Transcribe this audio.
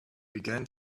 began